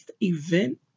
event